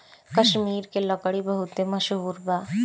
कश्मीर के लकड़ी बहुते मसहूर बा